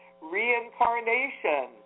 reincarnation